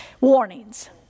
warnings